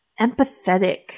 empathetic